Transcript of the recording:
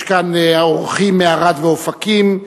יש כאן אורחים מערד ומאופקים,